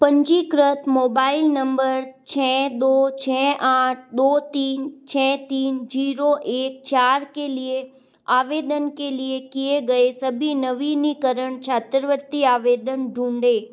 पंजीकृत mobile number छ दो छ आठ दो तीन छ तीन जीरो एक चार के लिए आवेदन के लिए किए गए सभी नवीनीकरण छात्रवृत्ति आवेदन ढूँढें